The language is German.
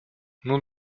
nun